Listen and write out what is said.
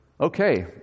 okay